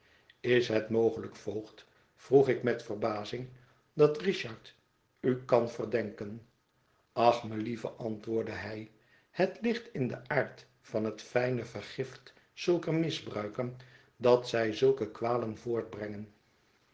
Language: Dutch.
is het mogelijk voogd vroeg ik met verbazing dat richard u kan verdenken ach melieve antwoordde hij het ligt in den aard van het fijne vergift zulker misbruiken dat zij zulke kwalen voortbrengen